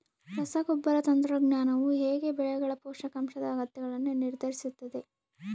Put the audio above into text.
ರಸಗೊಬ್ಬರ ತಂತ್ರಜ್ಞಾನವು ಹೇಗೆ ಬೆಳೆಗಳ ಪೋಷಕಾಂಶದ ಅಗತ್ಯಗಳನ್ನು ನಿರ್ಧರಿಸುತ್ತದೆ?